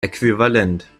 äquivalent